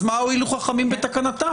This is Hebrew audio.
אז מה הועילו חכמים בתקנתם?